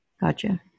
gotcha